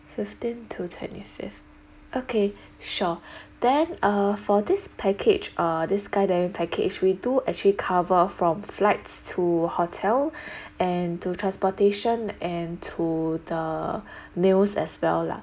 fifteen to twenty fifth okay sure then uh for this package uh this skydiving package we do actually cover from flights to hotel and to transportation and to the meals as well lah